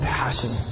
passion